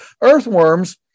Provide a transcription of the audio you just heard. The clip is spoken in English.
earthworms